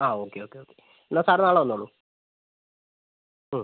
ആ okay okay okay എന്നാൽ sir നാളെ വന്നോളൂ മ്